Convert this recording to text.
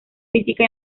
física